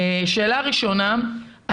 שאלה ראשונה,